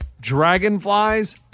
dragonflies